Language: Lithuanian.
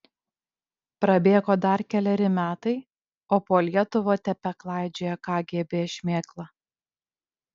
prabėgo dar keleri metai o po lietuvą tebeklaidžioja kgb šmėkla